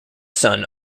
son